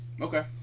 Okay